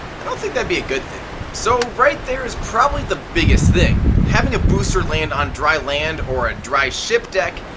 i don't think that'd be a good thing. so right there is probably the biggest thing, having a booster land on dry land or a dry ship deck,